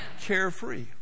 carefree